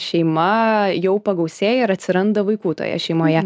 šeima jau pagausėja ir atsiranda vaikų toje šeimoje